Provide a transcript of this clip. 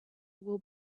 will